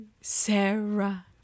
Sarah